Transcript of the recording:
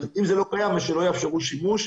אם זה לא קיים, אז שלא יאפשרו שימוש.